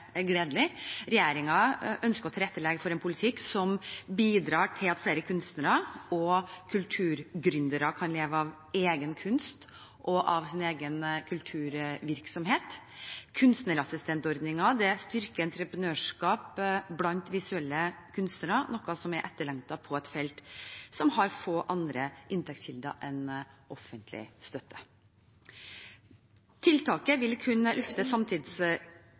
at flere kunstnere og kulturgründere kan leve av egen kunst og egen kulturvirksomhet. Kunstnerassistentordningen styrker entreprenørskap blant visuelle kunstnere, noe som er etterlengtet på et felt som har få andre inntektskilder enn offentlig støtte. Tiltaket vil kunne løfte